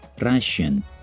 Russian